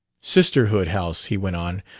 sisterhood house, he went on.